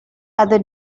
other